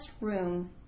room